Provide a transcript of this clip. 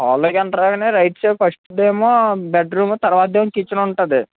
హాల్లోకి ఎంటర్ అవగానే right side ఫస్టుదేమో బెడ్రూమ్ తరువాతదేమో కిచెన్ ఉంటుంది